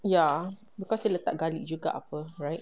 ya because dia letak garlic juga apa right